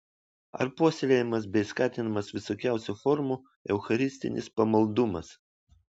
ar puoselėjamas bei skatinamas visokiausių formų eucharistinis pamaldumas